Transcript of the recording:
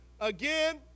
Again